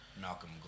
Malcolm